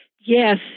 Yes